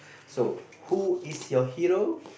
so who is your hero